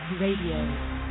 Radio